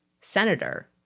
Senator